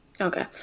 Okay